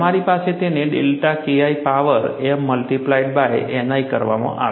તમારી પાસે તેને delta Ki power m multiplied by Ni કરવામાં આવે છે